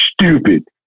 stupid